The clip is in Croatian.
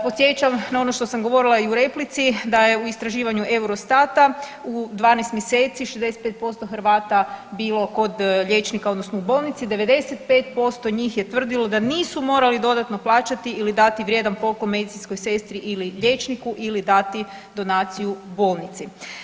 Podsjećam na ono što sam govorila i u replici da je u istraživanju Eurostata u 12 mjeseci 65% Hrvata bilo kod liječnika odnosno u bolnici, 95% njih je tvrdilo da nisu morali dodatno plaćati ili dati vrijedan poklon medicinskoj sestri ili liječniku ili dati donaciju bolnici.